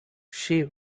she